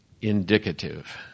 indicative